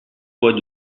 fois